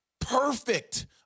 perfect